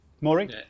Maureen